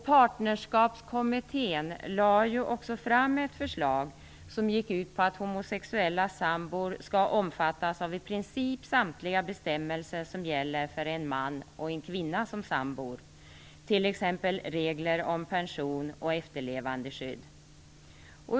Partnerskapskommittén lade fram ett förslag som gick ut på att homosexuella sambor skall omfattas av i princip samtliga bestämmelser som gäller för en man och en kvinna som sambor, t.ex. regler om pension och efterlevandeskydd.